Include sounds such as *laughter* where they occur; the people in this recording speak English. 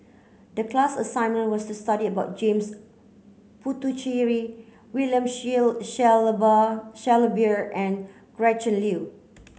the class assignment was to study about James Puthucheary William *unintelligible* Shellabear and Gretchen Liu